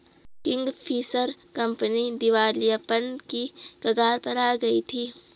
Kingfisher company दिवालियापन की कगार पर आ गई थी